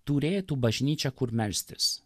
turėtų bažnyčią kur melstis